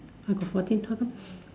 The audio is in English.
I got fourteen how come